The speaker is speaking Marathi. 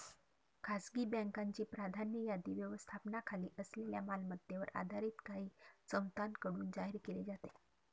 खासगी बँकांची प्राधान्य यादी व्यवस्थापनाखाली असलेल्या मालमत्तेवर आधारित काही संस्थांकडून जाहीर केली जाते